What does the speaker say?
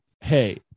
Hey